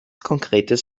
konkretes